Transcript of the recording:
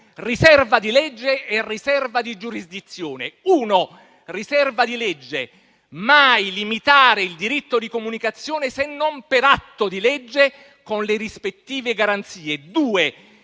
riserva di legge e riserva di giurisdizione. In base alla prima (riserva di legge), mai limitare il diritto di comunicazione se non per atto di legge, con le rispettive garanzie, o,